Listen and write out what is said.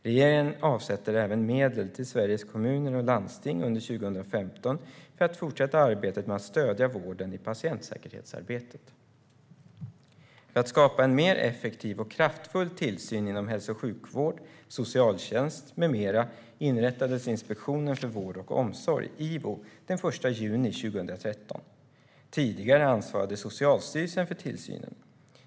Regeringen avsätter även medel till Sveriges kommuner och landsting under 2015 för att fortsätta arbetet med att stödja vården i patientsäkerhetsarbetet. För att skapa en mer effektiv och kraftfull tillsyn inom hälso och sjukvård, socialtjänst med mera inrättades Inspektionen för vård och omsorg, IVO, den 1 juni 2013. Tidigare ansvarade Socialstyrelsen för tillsynen.